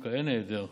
דווקא אין היעדר,